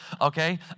okay